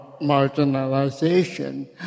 marginalization